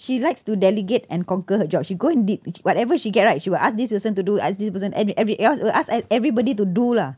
she likes to delegate and conquer her job she go and did whatever she get right she will ask this person to do ask this person and every ask will ask everybody to do lah